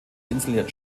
insel